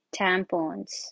tampons